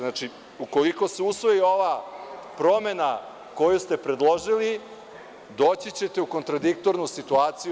Znači, ukoliko se usvoji ova promena koju ste predložili, doći ćete u kontradiktornu situaciju.